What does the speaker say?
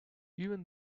even